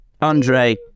Andre